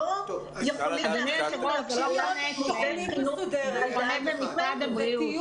אדוני, זה לא אצלם, זה במשרד הבריאות.